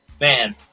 man